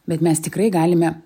bet mes tikrai galime